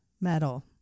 Metal